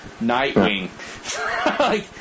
Nightwing